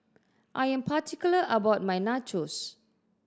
I am particular about my Nachos